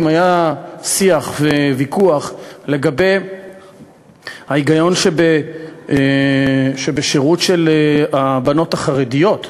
אם היה שיח וויכוח לגבי ההיגיון שבשירות של הבנות החרדיות,